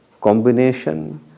combination